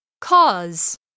CAUSE